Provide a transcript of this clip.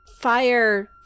fire